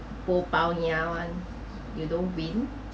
boh baonia [one] you don't win